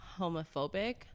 homophobic